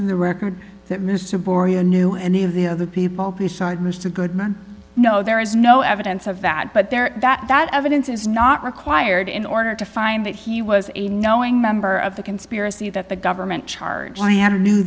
in the record that mr boria knew any of the other people besides mr goodman no there is no evidence that but there that that evidence is not required in order to find that he was a knowing member of the conspiracy that the government charge diana knew